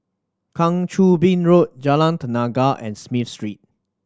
Kang Choo Bin Road Jalan Tenaga and Smith Street